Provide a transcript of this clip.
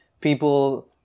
people